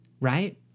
Right